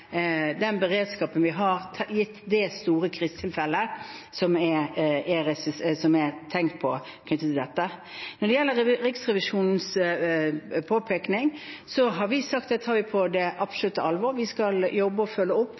den beredskapen vi har, gitt det store krisetilfellet som er tenkt på i denne sammenhengen. Når det gjelder Riksrevisjonens påpekning, har vi sagt at vi tar det på det absolutte alvor. Vi skal jobbe og følge det opp.